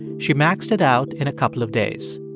she maxed it out in a couple of days.